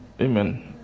Amen